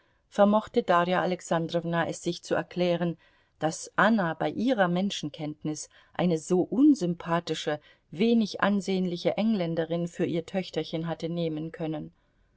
vermochte darja alexandrowna es sich zu erklären daß anna bei ihrer menschenkenntnis eine so unsympathische wenig ansehnliche engländerin für ihr töchterchen hatte nehmen können